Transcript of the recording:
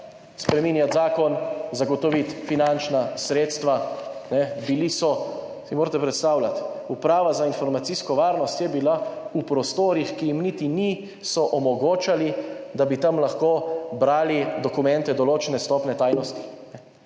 spreminjati zakon, zagotoviti finančna sredstva, bili so, si morate predstavljati, Uprava za informacijsko varnost je bila v prostorih, ki jim niti niso omogočali, da bi tam lahko brali dokumente določene stopnje tajnosti.